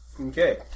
Okay